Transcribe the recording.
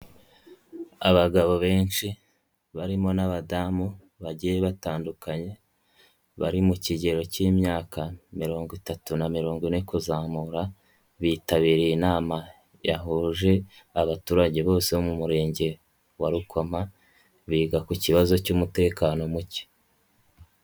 Abagabo benshi barimo n'abadamu bagiye batandukanye, bari mu kigero k'imyaka mirongo itatu na mirongo ine kuzamura, bitabiriye inama yahuje abaturage bose bo mu murenge wa Rukoma, biga ku kibazo cy'umutekano muke.